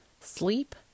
sleep